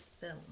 film